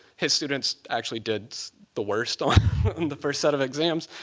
his students actually did the worst on the first set of exams.